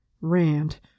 Rand